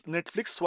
Netflix